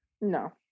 No